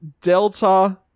Delta